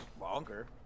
longer